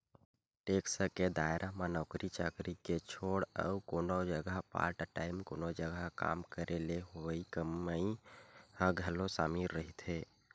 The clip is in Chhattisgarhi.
टेक्स के दायरा म नौकरी चाकरी के छोड़ अउ कोनो जघा पार्ट टाइम कोनो जघा काम करे ले होवई कमई ह घलो सामिल रहिथे